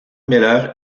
miller